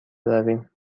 برویم